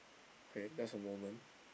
okay just a moment